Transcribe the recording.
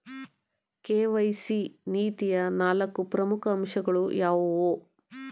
KYC ನೀತಿಯ ನಾಲ್ಕು ಪ್ರಮುಖ ಅಂಶಗಳು ಯಾವುವು?